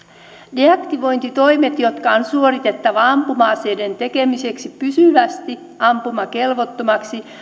deaktivointitoimet jotka on suoritettava ampuma aseiden tekemiseksi pysyvästi ampumakelvottomaksi